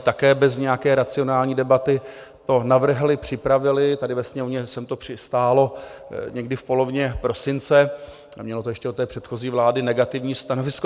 Také bez nějaké racionální debaty to navrhli, připravili, tady ve Sněmovně to sem přistálo někdy v polovině prosince a mělo to ještě od předchozí vlády negativní stanovisko.